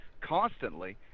constantly